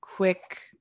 quick